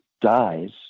dies